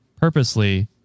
purposely